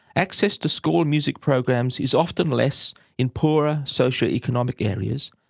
access to school music programs is often less in poorer socio-economic areas,